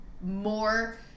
more